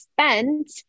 spent